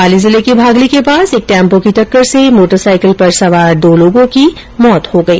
पाली जिले के भागली के पास एक टैम्पो की टक्कर से मोटरसाईकिल पर सवार दो लोगो की मौत हो गई